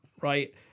right